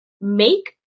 make